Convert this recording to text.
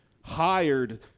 hired